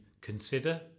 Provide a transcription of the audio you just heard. consider